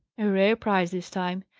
a rare prize, this time!